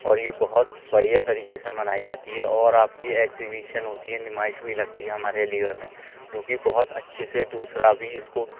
اور یہ بہت بڑھیا طریقے سے منائی جاتی ہے اور آپ کی ایگزبیشن ہوتی ہے نمائش بھی لگتی ہے ہمارے علی گڑھ میں کیوںکہ بہت اچھے سے دوسرا بھی اس کو